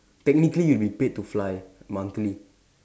technically you would be paid to fly monthly